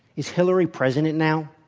is hillary president now?